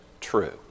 true